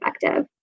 effective